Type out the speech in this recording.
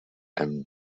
and